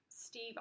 steve